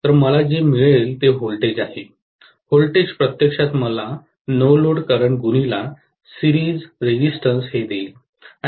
तर मला जे मिळेल तिथे व्होल्टेज आहे व्होल्टेज प्रत्यक्षात मला नो लोड करंट गुणिले सिरीज रेजिस्टन्स हे देईल